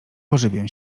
pożywię